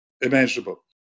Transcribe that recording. imaginable